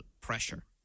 pressure